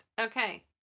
Okay